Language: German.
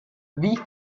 wie